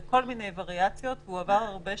בכל מיני וריאציות והוא עבר הרבה שינויים.